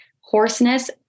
hoarseness